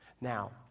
Now